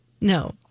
No